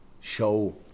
show